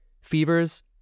fevers